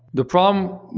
the problem,